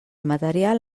material